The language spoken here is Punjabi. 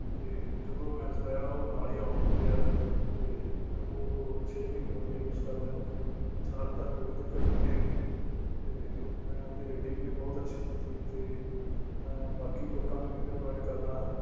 ਅਤੇ ਜਦੋਂ ਮੈਂ ਚਲਾਇਆ ਉਹ ਨਾਲ ਹੀ ਔਨ ਹੋ ਗਿਆ ਅਤੇ ਮੈਨੂੰ ਉਹ ਛੇ ਮਹੀਨੇ ਹੋ ਗਏ ਯੂਜ਼ ਕਰਦੇ ਨੂੰ ਮੈਨੂੰ ਹਾਲੇ ਤੱਕ ਕੋਈ ਦਿੱਕਤ ਨਹੀਂ ਹੈਗੀ ਅਤੇ ਮੈਂ ਉਹਦੀ ਰੇਟਿੰਗ ਵੀ ਬਹੁਤ ਅੱਛੀ ਦਿੱਤੀ ਅਤੇ ਮੈਂ ਬਾਕੀ ਲੋਕਾਂ ਨੂੰ ਵੀ ਰਿਕਮੈਂਡ ਕਰਦਾ ਹਾਂ